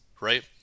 right